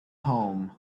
home